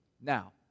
Now